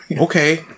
Okay